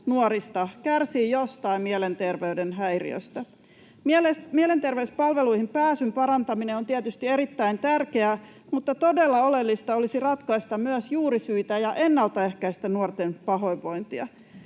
nuorista kärsii jostain mielenterveyden häiriöstä. Mielenterveyspalveluihin pääsyn parantaminen on tietysti erittäin tärkeää, mutta todella oleellista olisi ratkaista myös juurisyitä ja ennaltaehkäistä nuorten pahoinvointia,